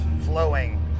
flowing